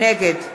נגד